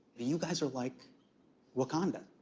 you guys are like wakanda.